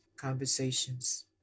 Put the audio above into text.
conversations